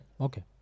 Okay